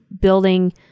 building